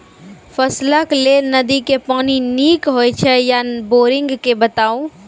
फसलक लेल नदी के पानि नीक हे छै या बोरिंग के बताऊ?